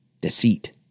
deceit